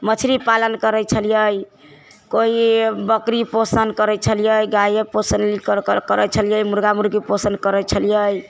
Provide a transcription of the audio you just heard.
मछरी पालन करै छलिऐ कोइ बकरी पोषण करै छलिऐ गाये पोषण करै छलिऐ मुर्गा मुर्गी पोषण करइ छलिऐ